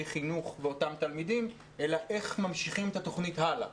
חינוך ואותם תלמידים אלא איך ממשיכים את התוכנית הלאה